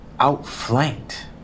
outflanked